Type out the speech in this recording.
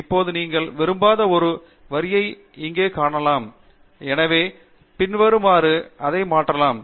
இப்போது நீங்கள் விரும்பாத ஒரு வரியை இங்கே காணலாம் எனவே பின்வருமாறு அதை மாற்றலாம்